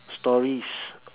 stories